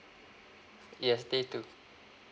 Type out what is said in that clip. yes day two